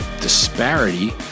disparity